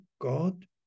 God